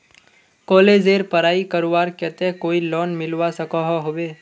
कॉलेजेर पढ़ाई करवार केते कोई लोन मिलवा सकोहो होबे?